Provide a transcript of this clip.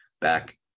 back